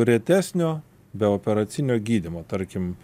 retesnio beoperacinio gydymo tarkim